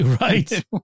Right